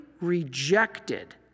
rejected